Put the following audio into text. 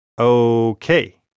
Okay